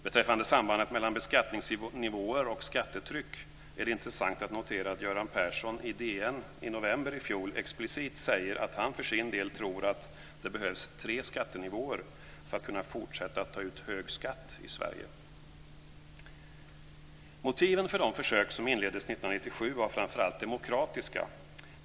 Beträffande sambandet mellan beskattningsnivåer och skattetryck är det intressant att notera att Göran Persson i DN i november i fjol explicit sade att han för sin del tror att det behövs tre skattenivåer för att kunna fortsätta att ta ut hög skatt i Sverige. Motiven för de försök som inleddes 1997 var framför allt demokratiska.